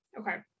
okay